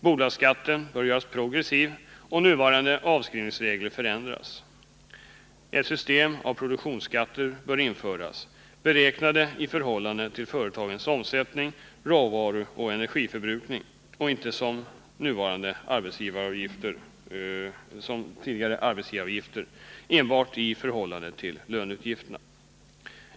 Bolagsskatten bör göras progressiv och nuvarande avskrivningsregler förändras. Ett system av produktionsskatter bör införas, beräknade i förhållande till företagens omsättning, råvaruoch energiförbrukning och inte som nuvarande arbetsgivaravgifter enbart i förhållande till löneutgifterna.